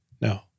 no